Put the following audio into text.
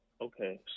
Okay